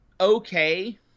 okay